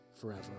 forever